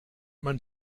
man